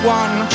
one